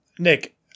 Nick